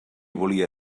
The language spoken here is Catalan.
volia